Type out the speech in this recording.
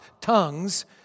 tongues